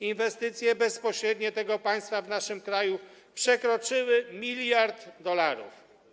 Inwestycje bezpośrednie tego państwa w naszym kraju przekroczyły 1 mld dolarów.